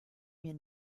mir